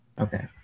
okay